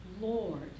Lord